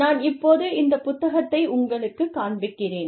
நான் இப்போது இந்த புத்தகத்தை உங்களுக்குக் காண்பிக்கிறேன்